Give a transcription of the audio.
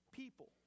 people